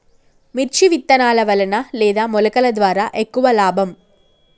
మిర్చి విత్తనాల వలన లేదా మొలకల ద్వారా ఎక్కువ లాభం?